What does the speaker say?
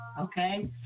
Okay